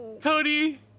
Cody